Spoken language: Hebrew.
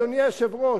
אדוני היושב-ראש,